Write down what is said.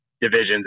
divisions